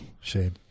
shame